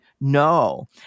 no